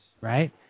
right